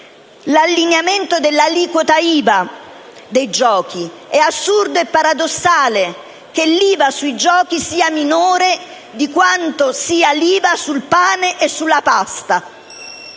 l'allineamento dell'aliquota IVA dei giochi. È assurdo e paradossale che l'IVA sui giochi sia minore dell'IVA sul pane e sulla pasta.